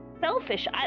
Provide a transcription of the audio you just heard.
selfish